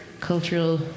cultural